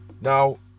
Now